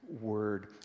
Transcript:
word